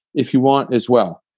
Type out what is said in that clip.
if you want as well.